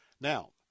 now